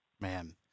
man